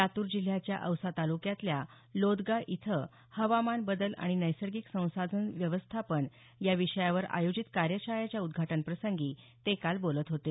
लातूर जिल्ह्याच्या औसा तालुक्यातल्या लोदगा इथं हवामान बदल आणि नैसर्गिक संसाधन व्यवस्थापन या विषयावर आयोजित कार्यशाळेच्या उद्घाटन प्रसंगी ते काल बोलत होते